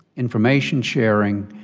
information sharing,